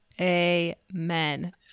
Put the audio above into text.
Amen